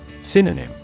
Synonym